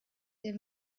der